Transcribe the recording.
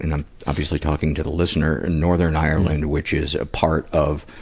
and i'm obviously talking to the listener and northern ireland, which is a part of,